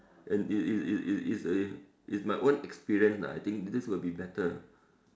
and it it it it it it it's my own experience lah I think this will be better